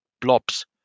blobs